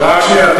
רק שנייה,